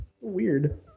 weird